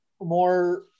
more